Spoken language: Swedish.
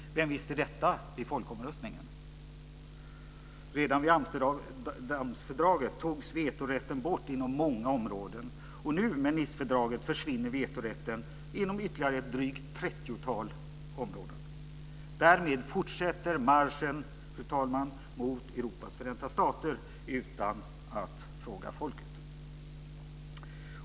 Vem visste detta vid folkomröstningen? Redan vid Amsterdamfördraget togs vetorätten bort inom många områden. Nu, med Nicefördraget, försvinner vetorätten inom ytterligare ett drygt trettiotal områden. Därmed fortsätter marschen, fru talman, mot Europas förenta stater utan att man frågar folket.